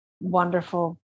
wonderful